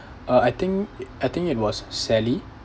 uh I think I think it was sally